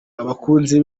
abakunzi